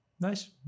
Nice